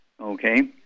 okay